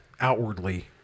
outwardly